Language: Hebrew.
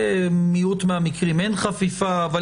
במיעוט מהמקרים אין חפיפה.